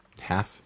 half